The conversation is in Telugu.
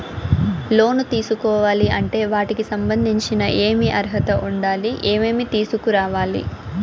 లోను తీసుకోవాలి అంటే వాటికి సంబంధించి ఏమి అర్హత ఉండాలి, ఏమేమి తీసుకురావాలి